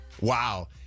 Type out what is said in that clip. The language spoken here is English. Wow